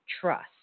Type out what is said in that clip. trust